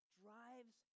drives